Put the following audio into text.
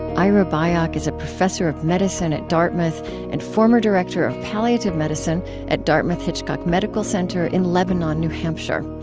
ira byock is a professor of medicine at dartmouth and former director of palliative medicine at dartmouth-hitchcock medical center in lebanon, new hampshire.